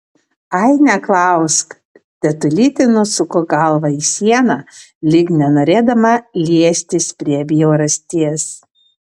ai neklausk tetulytė nusuko galvą į sieną lyg nenorėdama liestis prie bjaurasties